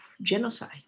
genocide